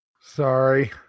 Sorry